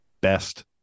Best